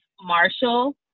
Marshall